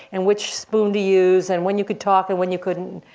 and which spoon to use, and when you could talk and when you couldn't,